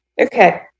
okay